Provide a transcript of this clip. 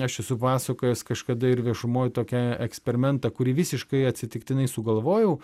aš esu pasakojęs kažkada ir viešumoj tokia eksperimentą kurį visiškai atsitiktinai sugalvojau